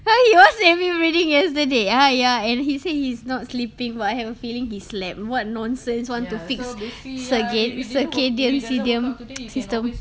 ha he wasn't even breathing yesterday ah ya and he said he's not sleeping but I have a feeling he slept what nonsense want to fix circulatory system